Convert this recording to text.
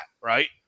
right